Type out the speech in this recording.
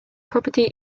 property